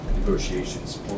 negotiations